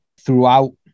throughout